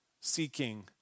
seeking